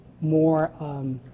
more